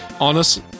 Honest